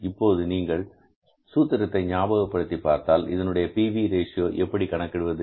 இப்போது நீங்கள் சூத்திரத்தை ஞாபகப்படுத்தி பார்த்தால் இதனுடைய P V ratio PV Ratio எப்படி கணக்கிடுவது